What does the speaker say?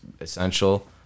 essential